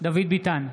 דוד ביטן,